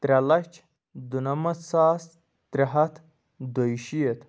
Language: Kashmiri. ترٛےٚ لَچھ دُنَمَتھ ساس ترٛےٚ ہتھ دۄیہِ شیٖتھ